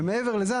ומעבר לזה,